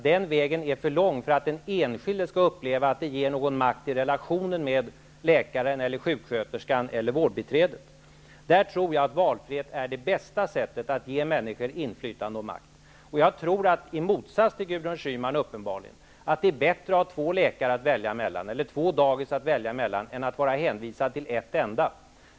Den vägen är för lång för att den enskilde skall uppleva att det ger någon makt i relationen till läkaren, sjuksköterskan eller vårdbiträdet. Där tror jag att valfrihet är det bästa sättet att ge människor inflytande och makt. Jag tror, uppenbarligen i motsats till Gudrun Schyman, att det är bättre att ha två läkare eller två dagis att välja mellan än att vara hänvisad till ett enda.